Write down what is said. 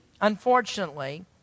unfortunately